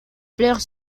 pleure